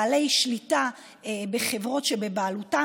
בעלי שליטה בחברות שבבעלותם.